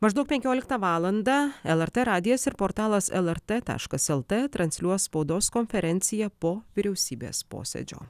maždaug penkioliktą valandą lrt radijas ir portalas lrt taškas lt transliuos spaudos konferenciją po vyriausybės posėdžio